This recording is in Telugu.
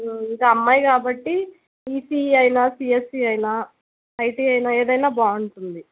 ఇంకా అమ్మాయి కాబట్టి ఈసీఈ అయిన సిఎస్సీ అయిన ఐటీ అయిన ఏదైనా బాగుంటుంది